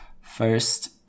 first